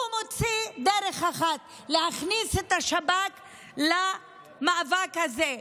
מוצא דרך אחת: להכניס את השב"כ למאבק הזה.